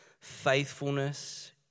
faithfulness